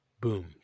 Boom